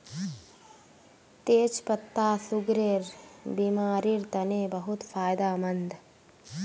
तेच पत्ता सुगरेर बिमारिर तने बहुत फायदामंद